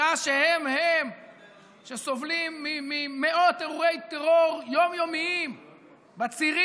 שעה שהם הם שסובלים ממאות אירועי טרור יום-יומיים בצירים,